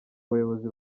bayobozi